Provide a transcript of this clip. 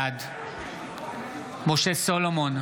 בעד משה סולומון,